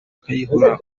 kayihura